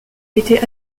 été